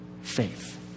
Faith